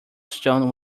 stone